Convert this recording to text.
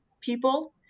people